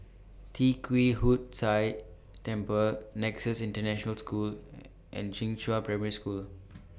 Tee Kwee Hood Sia Temple Nexus International School and Primary School